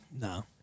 No